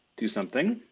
do something.